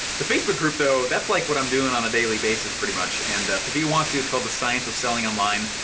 the facebook group though, that's like what i'm doing on a daily basis pretty much. and so if you want to, it's called the science of selling online,